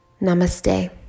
Namaste